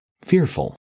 Fearful